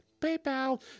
PayPal